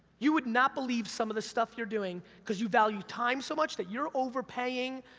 you would not believe some of the stuff you're doing, cause you value time so much, that you're overpaying,